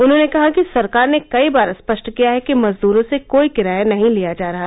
उन्होंने कहा कि सरकार ने कई बार स्पष्ट किया है कि मजदूरों से कोई किराया नहीं लिया जा रहा